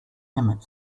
emmett